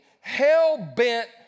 hell-bent